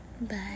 Bye